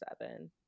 seven